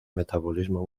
metabolismo